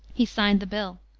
he signed the bill.